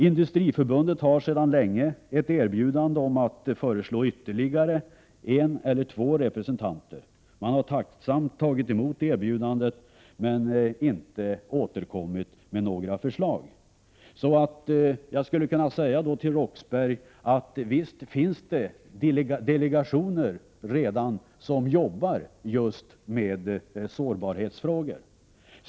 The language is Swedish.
Industriförbundet har sedan länge ett erbjudande om att föreslå ytterligare en eller två representanter. Man har tacksamt tagit emot erbjudandet men inte återkommit med några förslag. Så jag skulle kunna säga till Claes Roxbergh att det visst finns delegationer som redan arbetar med just sårbarhetsfrågor.